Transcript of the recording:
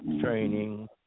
training